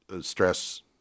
stress